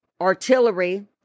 artillery